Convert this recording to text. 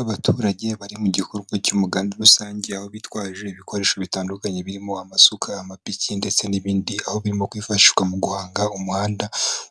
Abaturage bari mu gikorwa cy'umuganda rusange, aho bitwaje ibikoresho bitandukanye birimo amasuka, amapiki, ndetse n'ibindi, aho birimo kwifashishwa mu guhanga umuhanda